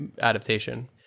adaptation